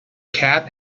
cat